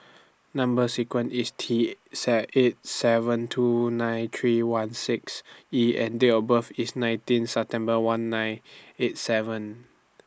Number sequence IS T set eight seven two nine three one six E and Date of birth IS nineteen September one nine eight seven